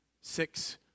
six